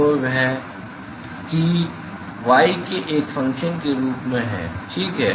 तो वह T Y के एक फंक्शन के रूप में ठीक है